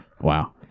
Wow